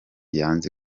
yanze